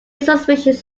subspecies